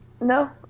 No